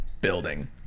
building